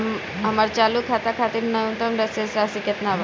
हमर चालू खाता खातिर न्यूनतम शेष राशि केतना बा?